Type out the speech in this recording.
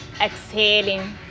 Exhaling